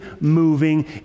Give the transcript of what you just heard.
moving